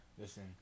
Listen